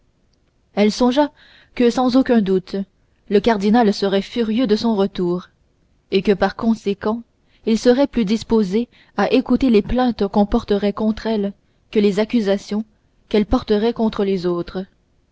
elle songea que sans aucun doute le cardinal serait furieux de son retour et que par conséquent il serait plus disposé à écouter les plaintes qu'on porterait contre elle que les accusations qu'elle porterait contre les autres